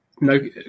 no